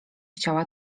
chciała